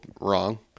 wrong